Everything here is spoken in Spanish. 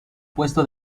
puesto